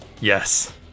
Yes